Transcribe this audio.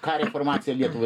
ką reformacija lietuvai